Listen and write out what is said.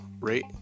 rate